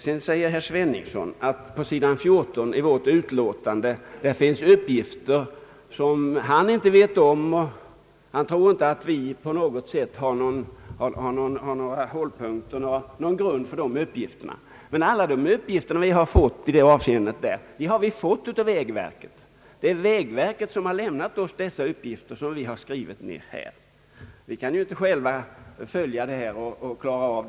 Herr Sveningsson anför att det på sidan 14 i utlåtandet finns uppgifter som han inte känner till och inte tror att vi har någon grund för. Vi har emellertid fått dem från vägverket. Själva kan vi ju inte ta reda på allting.